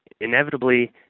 inevitably